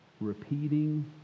repeating